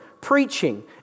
preaching